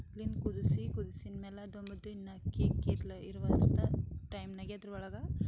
ನೀರ್ನ ಕುದಿಸಿ ಕುದಿಸಿದ್ ಮ್ಯಾಲ ಅದ್ರ ಇರುವಂಥ ಟೈಮ್ನಾಗೆ ಅದ್ರ ಒಳಗೆ